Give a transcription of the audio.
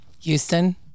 Houston